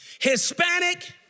Hispanic